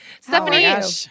Stephanie